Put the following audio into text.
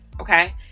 okay